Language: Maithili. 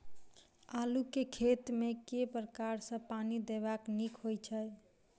आलु केँ खेत मे केँ प्रकार सँ पानि देबाक नीक होइ छै?